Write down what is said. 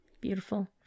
beautiful